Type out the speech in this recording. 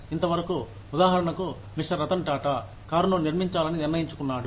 ఇంతవరకు ఉదాహరణకు మిస్టర్ రతన్ టాటా కారును నిర్మించాలని నిర్ణయించుకున్నాడు